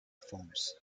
forms